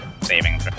saving